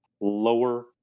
lower